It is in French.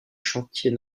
chantier